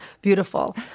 beautiful